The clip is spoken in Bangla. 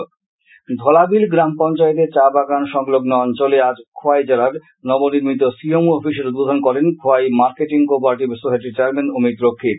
সিএমও ধলাবিল গ্রাম পঞ্চায়েতে চা বাগান সংলগ্ন অঞ্চলে আজ খোয়াই জেলার নব নির্মিত সিএমও অফিসের উদ্বোধন করেন খোয়াই মার্কেটিং কো অপারেটিভ সোসাইটির চেয়ারম্যান অমির রক্ষিত